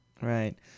Right